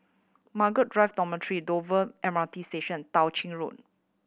Margaret Drive Dormitory Dover M R T Station Tao Ching Road